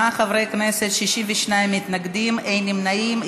בעד, 38 חברי כנסת, 62 מתנגדים, אין נמנעים.